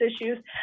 issues